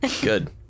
Good